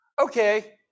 okay